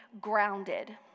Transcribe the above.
grounded